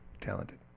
talented